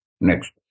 Next